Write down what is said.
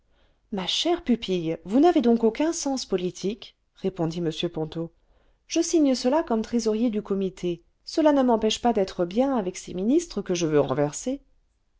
ma chère pupille vous n'avez donc aucun sens politique répondit m ponto je'signe cela comme trésorier du comité cela ne m'empêche pas d'être bien avec ces ministres que je veux renverser